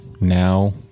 now